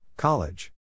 College